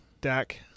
Dak